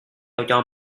tao